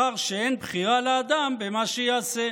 אחר שאין בחירה לאדם במה שיעשה".